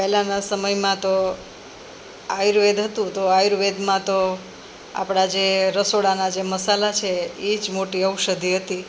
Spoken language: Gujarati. પહેલાના સમયમાં તો આયુર્વેદ હતું તો આયુર્વેદમાં તો આપણા જે રસોડાના જે મસાલા છે એ જ મોટી ઔષધી હતી